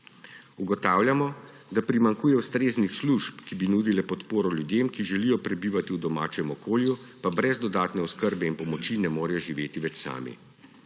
Ugotavljamo, da primanjkuje ustreznih služb, ki bi nudile podporo ljudem, ki želijo prebivati v domačem okolju, pa brez dodatne oskrbe in pomoči ne morejo več živeti sami.